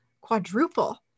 quadruple